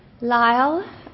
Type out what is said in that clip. Lyle